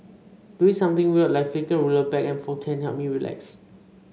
doing something weird like flicking a ruler back and forth can help me relax